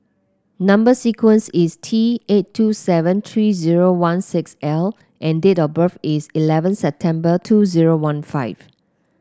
number sequence is T eight two seven three zero one six L and date of birth is eleven September two zero one five